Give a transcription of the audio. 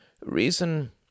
Reason